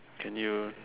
can you